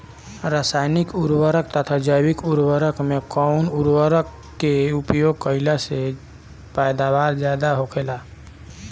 रसायनिक उर्वरक तथा जैविक उर्वरक में कउन उर्वरक के उपयोग कइला से पैदावार ज्यादा होखेला?